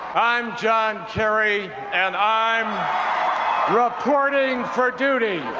i'm john terry and i'm reporting for duty!